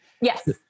Yes